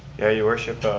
yeah your worship,